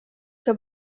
que